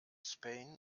spain